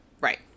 right